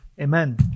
Amen